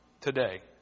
today